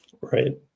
Right